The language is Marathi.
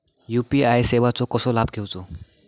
यू.पी.आय सेवाचो कसो लाभ घेवचो?